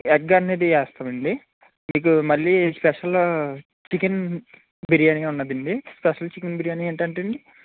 egg అనేది వేస్తాము అండి మీకు మళ్ళీ స్పెషలు చికెన్ బిర్యానీ ఉన్నది అండి స్పెషల్ చికెన్ బిర్యానీ ఏంటి అంటే అండి